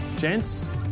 Gents